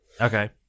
Okay